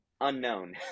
unknown